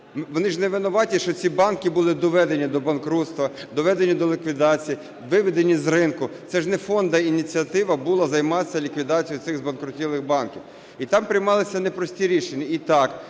Вони ж не винуваті, що ці банки були доведені до банкрутства, доведені до ліквідації, виведені з ринку. Це ж не фонду ініціатива була займатися ліквідацією цих збанкрутілих банків. І там приймалися непрості рішення.